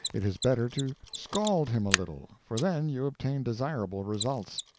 it is better to scald him a little, for then you obtain desirable results.